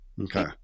okay